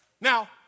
Now